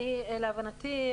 ולהבנתי,